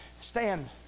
stand